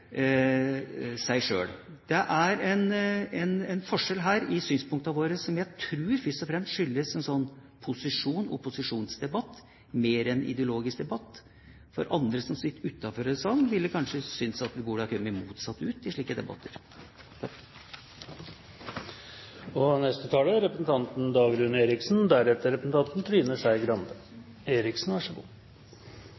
sjøl. Det er en forskjell her i synspunktene våre som jeg tror skyldes en posisjon–opposisjons-debatt mer enn en ideologisk debatt. Andre, som sitter utenfor denne salen, vil kanskje synes vi burde ha kommet motsatt ut i slike debatter. Interpellanten tar opp situasjonen til universitetene og